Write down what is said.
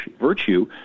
virtue